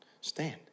stand